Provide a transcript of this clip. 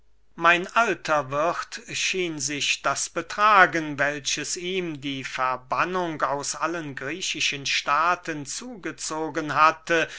mein alter wirth schien sich das betragen welches ihm die verbannung aus allen griechischen staaten zugezogen hatte